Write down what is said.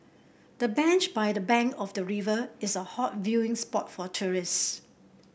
the bench by the bank of the river is a hot viewing spot for tourists